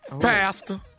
pastor